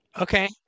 okay